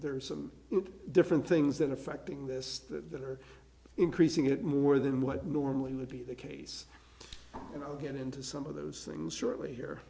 there are some different things that are affecting this that are increasing it more than what normally would be the case and i'll get into some of those things shortly here